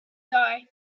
die